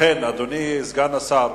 לכן, אדוני סגן השר,